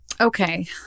Okay